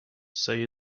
say